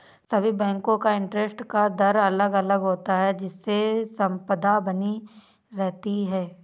सभी बेंको का इंटरेस्ट का दर अलग अलग होता है जिससे स्पर्धा बनी रहती है